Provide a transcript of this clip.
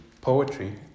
poetry